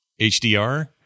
HDR